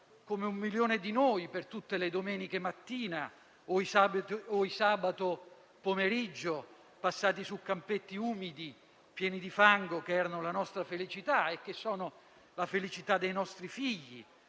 come un milione di noi per tutte le domeniche mattina o i sabati pomeriggio passati su campetti umidi, pieni di fango, che erano la nostra felicità e che sono la felicità dei nostri figli.